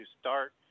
start